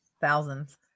thousands